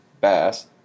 bass